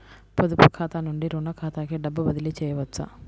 పొదుపు ఖాతా నుండీ, రుణ ఖాతాకి డబ్బు బదిలీ చేయవచ్చా?